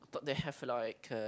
thought they have a lot like uh